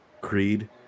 creed